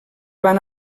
van